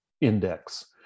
index